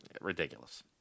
Ridiculous